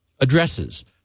addresses